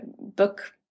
book